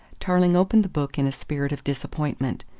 tarling opened the book in a spirit of disappointment.